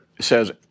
says